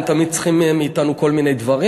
הם תמיד צריכים מאתנו כל מיני דברים,